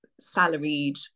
salaried